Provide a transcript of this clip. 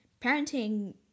parenting